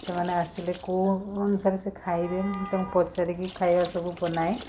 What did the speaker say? ସେମାନେ ଆସିଲେ କେଉଁ ଅନୁସାରେ ସେମାନେ ଖାଇବେ ମୁଁ ତାଙ୍କୁ ପଚାରିକି ଖାଇବା ସବୁ ବନାଏ